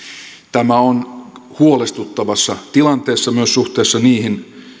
tämä on huolestuttavassa tilanteessa myös suhteessa niihin